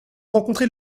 rencontrer